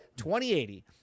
2080